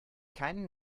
keinen